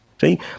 See